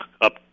up